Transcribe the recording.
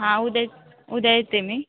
हां उद्या उद्या येते मी